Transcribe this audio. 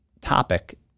topic